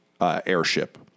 Airship